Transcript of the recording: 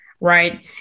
right